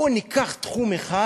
בואו ניקח תחום אחד